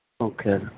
Okay